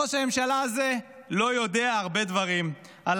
ראש הממשלה הזה לא יודע הרבה דברים: על